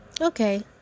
Okay